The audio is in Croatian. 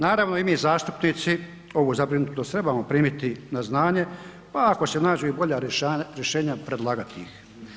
Naravno, i mi zastupnici ovu zabrinutost trebamo primiti na znanje, pa ako se nađu i bolja rješenja predlagati ih.